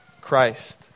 Christ